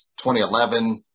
2011